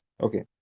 Okay